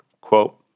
Quote